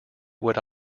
what